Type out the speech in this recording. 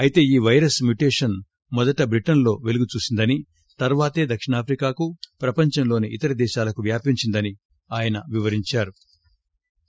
అయితే ఈ virus mutations మొదట బ్రిటన్ లో పెలుగుచూసిందని తర్వాతే దక్షిణాఫ్రికాకు ప్రపంచంలోని ఇతర ప్రాంతాలకు వ్యాపించిందని ఆయన వివరించారు